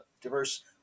diverse